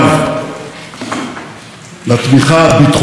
הנשיא טראמפ הביא את שיתוף הפעולה בינינו,